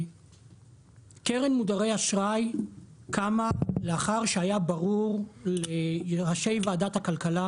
קרן מודרי אשראי קמה לאחר שהיה ברור לראשי ועדת הכלכלה